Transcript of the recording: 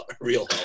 real